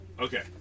Okay